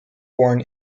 born